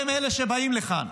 הם אלה שבאים לכאן.